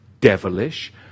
devilish